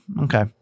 Okay